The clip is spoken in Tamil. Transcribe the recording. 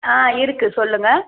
ஆ இருக்கு சொல்லுங்கள்